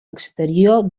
exterior